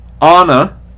Anna